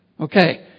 Okay